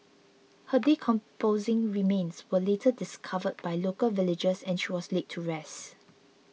her decomposing remains were later discovered by local villagers and she was laid to rest